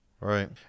right